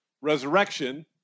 resurrection